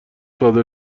صادر